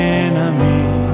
enemy